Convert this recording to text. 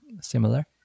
similar